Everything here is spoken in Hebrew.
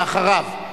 ואחריו,